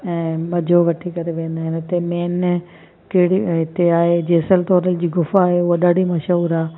ऐं मज़ो वठी करे वेंदा आहिनि हिते मेन केड़ियूं हिते आहे जेसल तोरल जी ग़ुफ़ा आहे उहा ॾाढी मशहूरु आहे